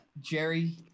Jerry